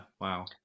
wow